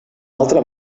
altra